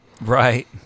Right